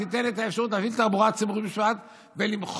תיתן אפשרות להפעיל תחבורה ציבורית בשבת ולמחוק